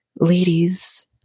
Ladies